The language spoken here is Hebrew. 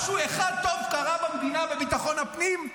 משהו אחד טוב קרה במדינה בביטחון הפנים?